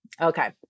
Okay